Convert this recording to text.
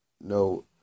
no